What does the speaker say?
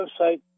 website